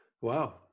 Wow